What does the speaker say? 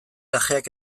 ajeak